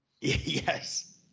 Yes